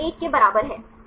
यह 1 के बराबर है